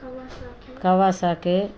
Kawasaki Kawasaki